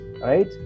right